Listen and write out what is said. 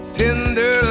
tender